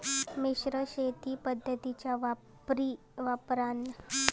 मिश्र शेती पद्धतीच्या वापराने उत्पन्नामंदी वाढ कशी करता येईन?